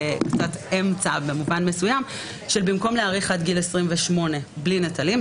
באמצע במובן מסוים של במקום להאריך עד גיל 28 בלי נטלים,